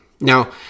Now